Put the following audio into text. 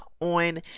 on